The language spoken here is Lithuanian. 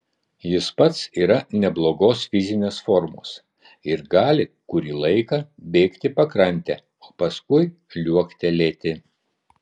jis pats yra neblogos fizinės formos ir gali kurį laiką bėgti pakrante o paskui liuoktelėti